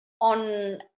on